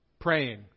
praying